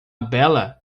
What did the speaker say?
bela